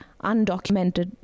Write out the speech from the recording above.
undocumented